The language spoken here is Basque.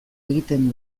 egiten